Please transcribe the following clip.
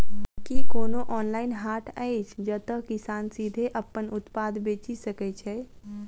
की कोनो ऑनलाइन हाट अछि जतह किसान सीधे अप्पन उत्पाद बेचि सके छै?